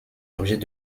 objets